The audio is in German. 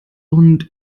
und